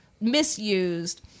misused